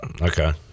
Okay